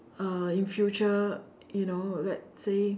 uh in future you know let's say